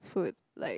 food like